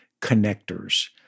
connectors